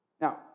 Now